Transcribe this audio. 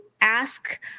Ask